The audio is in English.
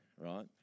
right